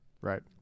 Right